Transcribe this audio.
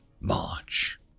march